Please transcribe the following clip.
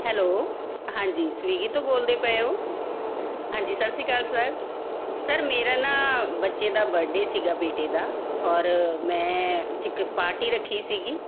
hello ਹਾਂਜੀ Swiggy ਤੋਂ ਬੋਲਦੇ ਪਏ ਹੋ ਹਾਂਜੀ ਸਤਿ ਸ਼੍ਰੀ ਅਕਾਲ ਸਰ ਸਰ ਮੇਰਾ ਨਾ ਬੱਚੇ ਦਾ ਬਰਡੇ ਸੀਗਾ ਬੇਟੇ ਦਾ ਔਰ ਮੈਂ ਇੱਥੇ ਇੱਕ ਪਾਰਟੀ ਰੱਖੀ ਸੀਗੀ